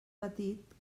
petit